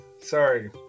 Sorry